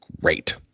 great